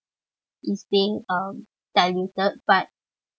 is being um diluted but